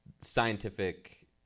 scientific